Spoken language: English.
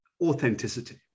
authenticity